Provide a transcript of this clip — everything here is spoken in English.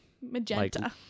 magenta